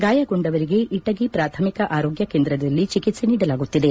ಗಾಯಗೊಂಡವರಿಗೆ ಇಟಗಿ ಪ್ರಾಥಮಿಕ ಆರೋಗ್ಲ ಕೇಂದ್ರದಲ್ಲಿ ಚಿಕಿತ್ಸೆ ನೀಡಲಾಗುತ್ತಿದೆ